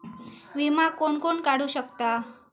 विमा कोण कोण काढू शकता?